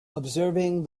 observing